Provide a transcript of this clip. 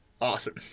awesome